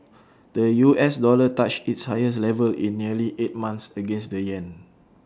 the U S dollar touched its highest level in nearly eight months against the Yen